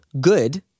good